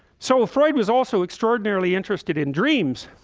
so a freud was also extraordinarily interested in dreams